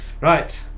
right